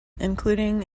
including